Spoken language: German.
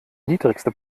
niedrigste